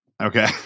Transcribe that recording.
Okay